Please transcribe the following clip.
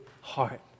heart